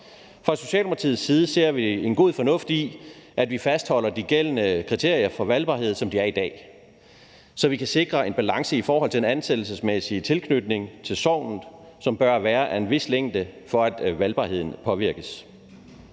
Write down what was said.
Fra Socialdemokratiets side ser vi en sund fornuft i, at vi fastholder de gældende kriterier for valgbarhed, som de er i dag, så vi kan sikre en balance i forhold til den ansættelsesmæssige tilknytning til sognet, som bør være af en vis længde, for at valgbarheden påvirkes.